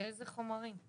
איזה חומרים?